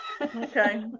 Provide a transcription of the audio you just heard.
Okay